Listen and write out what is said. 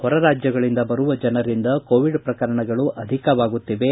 ಹೊರ ರಾಜ್ಯಗಳಿಂದ ಬರುವ ಜನರಿಂದ ಕೋವಿಡ್ ಪ್ರಕರಣಗಳು ಅಧಿಕವಾಗುತ್ತಿವೆ